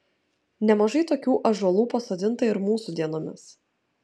nemažai tokių ąžuolų pasodinta ir mūsų dienomis